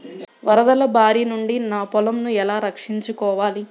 వరదల భారి నుండి నా పొలంను ఎలా రక్షించుకోవాలి?